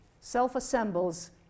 self-assembles